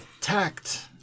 tact